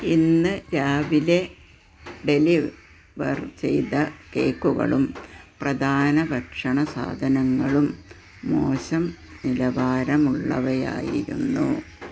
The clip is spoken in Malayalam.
ഇന്ന് രാവിലെ ഡെലിവർ ചെയ്ത കേക്കുകളും പ്രധാന ഭക്ഷണ സാധനങ്ങളും മോശം നിലവാരമുള്ളവയായിരുന്നു